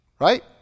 Right